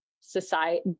society